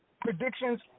predictions